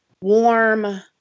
warm